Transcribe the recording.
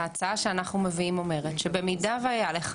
ההצעה שאנחנו מביאים אומרת שבמידה והיה לך